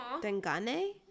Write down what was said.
Dengane